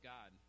God